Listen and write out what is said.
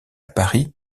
paris